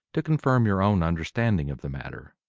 to confirm your own understanding of the matter.